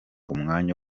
umwanya